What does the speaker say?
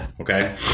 okay